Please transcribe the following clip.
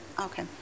okay